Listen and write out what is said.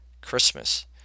Christmas